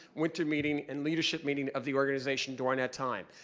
winter meeting, and leadership meeting of the organization during that time.